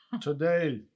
Today